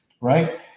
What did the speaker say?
right